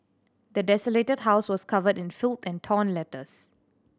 the desolated house was covered in filth and torn letters